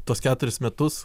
tuos keturis metus